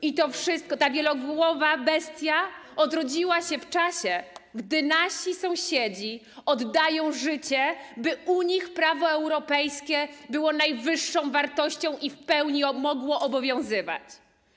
I ta wielogłowa bestia odrodziła się w czasie, gdy nasi sąsiedzi oddają życie, by u nich prawo europejskie było najwyższą wartością i w pełni mogło obowiązywać.